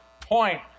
point